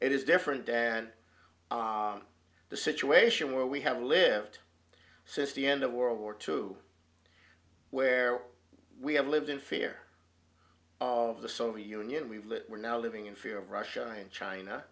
it is different and the situation where we have lived system end of world war two where we have lived in fear of the soviet union we were now living in fear of russia and china